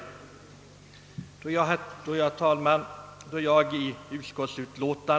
Herr talman!